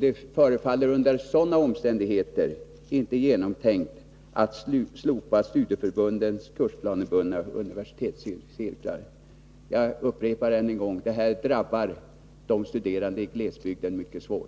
Det förefaller under sådana omständigheter inte genomtänkt att slopa studieförbundens kursplanebundna universitetscirklar. Jag upprepar än en gång: Detta förslag drabbar de studerande i glesbygden mycket svårt.